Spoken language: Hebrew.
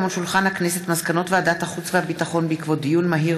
מסקנות ועדת החוץ והביטחון בעקבות דיון מהיר